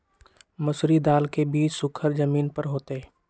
मसूरी दाल के बीज सुखर जमीन पर होतई?